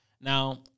Now